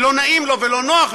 כי לא נעים לו ולא נוח,